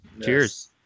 cheers